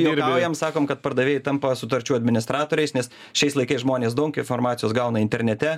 juokaujam sakom kad pardavėjai tampa sutarčių administratoriais nes šiais laikais žmonės daug informacijos gauna internete